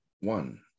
One